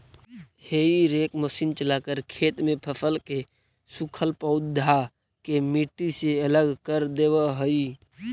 हेई rake machine चलाकर खेत में फसल के सूखल पौधा के मट्टी से अलग कर देवऽ हई